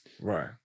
Right